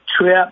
trip